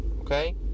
okay